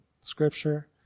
scripture